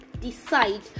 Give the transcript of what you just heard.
decide